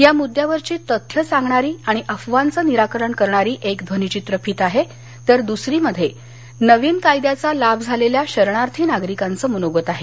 या मुद्दावरची तथ्यं सांगणारी आणि अफवांचं निराकरण करणारी एक ध्वनीचित्रफित आहे तर दुसरीमध्ये नवीन कायद्याचा लाभ झालेल्या शरणार्थी नागरिकांचं मनोगत आहे